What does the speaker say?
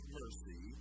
mercy